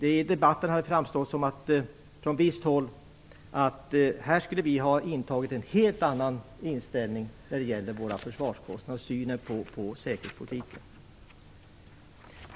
I debatten har det från visst håll framstått som om att vi i Sverige skulle ha en helt annan inställning när det gäller våra försvarskostnader och synen på säkerhetspolitiken.